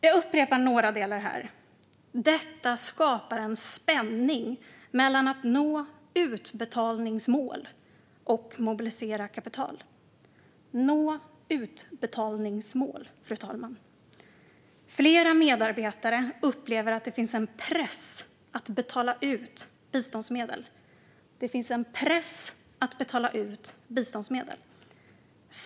Jag upprepar: Detta skapar en spänning mellan att nå utbetalningsmål och att mobilisera kapital, fru talman, och flera medarbetare upplever att det finns en press att betala ut biståndsmedel.